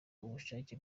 ubushake